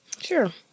sure